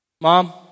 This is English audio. Mom